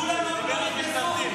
כולם נכנסו איתי.